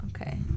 Okay